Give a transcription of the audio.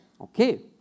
Okay